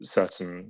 certain